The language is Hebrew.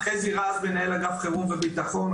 אני מנהל אגף חירום וביטחון,